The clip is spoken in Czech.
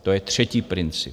To je třetí princip.